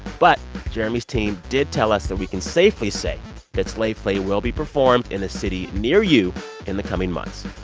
but jeremy's team did tell us that we can safely say that slave play will be performed in a city near you in the coming months.